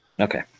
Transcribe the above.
Okay